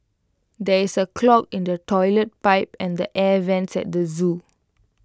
there is A clog in the Toilet Pipe and the air Vents at the Zoo